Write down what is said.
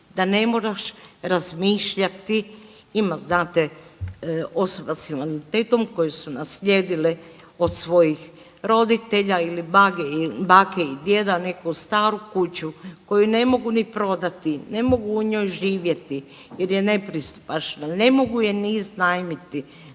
da ne moraš razmišljati, ima znate osoba s invaliditetom koje su naslijedile od svojih roditelja ili bake i djeda neku staru kuću koju ne mogu ni prodati, ne mogu u njoj živjeti jer je nepristupačna, ne mogu je ni iznajmiti,